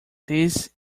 this